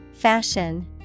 Fashion